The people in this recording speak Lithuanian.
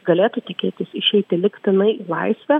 galėtų tikėtis išeiti lygtinai į laisvę